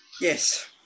Yes